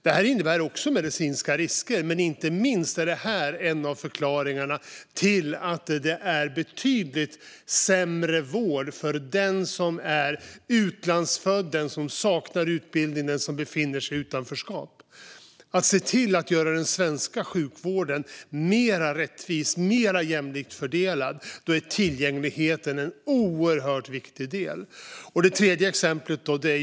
Det här innebär också medicinska risker, men inte minst är detta en av förklaringarna till att den som är utlandsfödd, den som saknar utbildning och den som befinner sig i utanförskap får betydligt sämre vård. Om man ska göra den svenska sjukvården mer rättvis och mer jämlikt fördelad är tillgängligheten en oerhört viktig del.